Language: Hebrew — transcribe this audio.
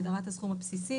הגדרת הסכום הבסיסי,